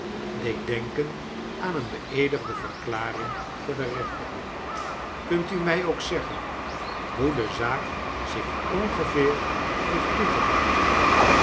deed denken aan een beeedigde verklaring voor de rechtbank kunt u mij ook zeggen hoe de zaak zich ongeveer heeft toegedragen